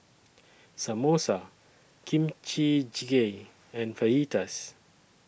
Samosa Kimchi Jjigae and Fajitas